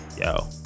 yo